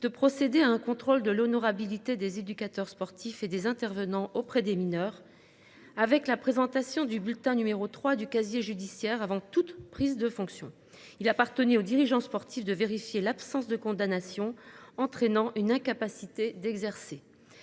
de procéder à un contrôle de l'honorabilité des éducateurs sportifs et des intervenants auprès des mineurs. Avec la présentation du bulletin numéro 3 du casier judiciaire avant toute prise de fonction, il appartenait aux dirigeants sportif de vérifier l'absence de condamnation, entraînant une incapacité d'exercer